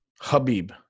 Habib